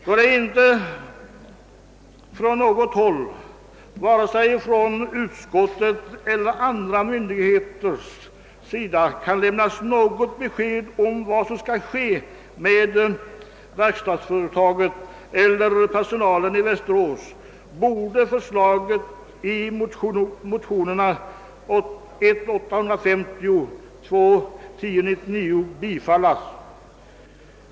Då det inte från något håll, vare sig från utskottet eller från några myndigheter, kan lämnas besked om vad som skall ske med verkstadsföretaget och personalen i Västerås borde förslaget i motionerna I:850 och II:1099 bifallas.